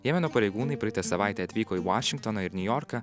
jemeno pareigūnai praeitą savaitę atvyko į vašingtoną ir niujorką